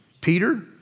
Peter